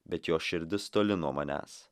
bet jo širdis toli nuo manęs